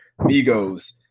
Migos